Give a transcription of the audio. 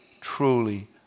truly